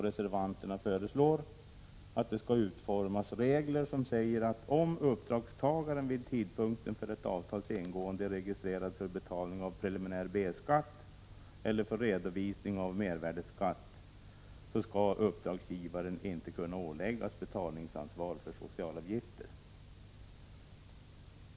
Reservanterna föreslår att det skall utformas regler som säger att om uppdragstagaren vid tidpunkten för ett avtals ingående är registrerad för betalning av preliminär B-skatt eller för redovisning av mervärdeskatt, skall uppdragsgivaren inte kunna åläggas betalningsansvar för socialavgifter.